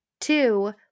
Two